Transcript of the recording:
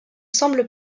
semble